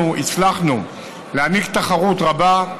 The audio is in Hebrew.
אנחנו הצלחנו להעניק תחרות רבה,